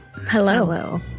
hello